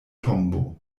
tombo